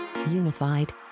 Unified